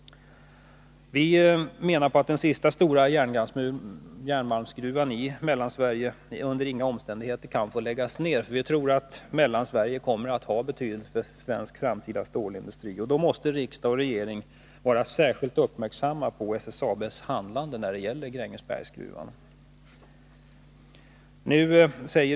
Vi menar att den sista stora järnmalmsgruvan i Mellansverige under inga omständigheter kan få läggas ned. Vi tror att Mellansverige kommer att ha betydelse för framtida svensk stålindustri. Därför måste riksdagen och regeringen vara särskilt uppmärksamma på SSAB:s handlande när det gäller Grängesbergsgruvan.